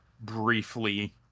briefly